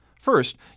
First